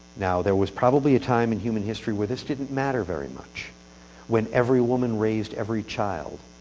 now, there was probably a time in human history with this didn't matter very much when every woman raised every child.